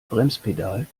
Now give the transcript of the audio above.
bremspedal